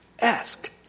ask